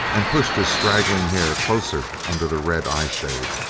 and pushed his straggling hair closer under the red eyeshade.